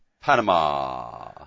Panama